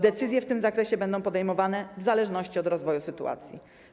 Decyzje w tym zakresie będą podejmowane w zależności od rozwoju sytuacji.